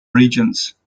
regents